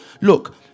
look